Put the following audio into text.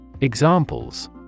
Examples